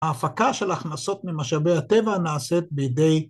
ההפקה של הכנסות ממשאבי הטבע נעשית בידי...